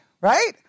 right